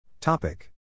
Topic